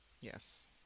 Yes